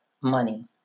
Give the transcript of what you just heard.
money